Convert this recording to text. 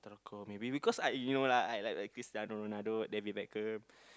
Sepak-Takraw maybe because I you know lah I like like Cristiano-Ronaldo David-Beckham